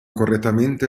correttamente